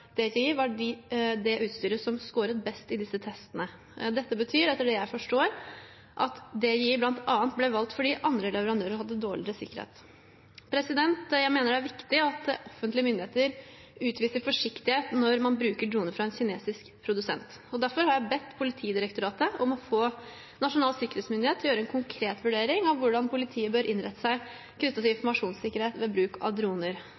var det som skåret best i disse testene. Dette betyr, etter det jeg forstår, at DJI bl.a. ble valgt fordi andre leverandører hadde dårligere sikkerhet. Jeg mener det er viktig at offentlige myndigheter utviser forsiktighet når man bruker droner fra en kinesisk produsent. Derfor har jeg bedt Politidirektoratet om å få Nasjonal sikkerhetsmyndighet til å gjøre en konkret vurdering av hvordan politiet bør innrette seg knyttet til informasjonssikkerhet ved bruk av droner.